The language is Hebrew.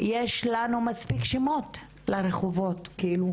יש לנו מספיק שמות לרחובות, כאילו,